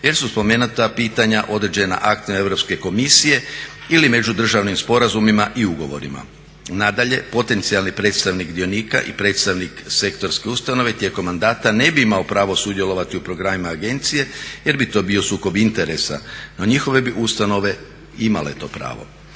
jer su spomenuta pitanja određena aktima Europske komisije ili međudržavnim sporazumima i ugovorima. Nadalje potencijalni predstavnik dionika i predstavnik sektorske ustanove tijekom mandata ne bi imao pravo sudjelovati u programima agencije jer bi to bio sukob interesa. No njihove bi ustanove imale to pravo.